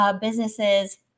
businesses